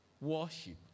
worship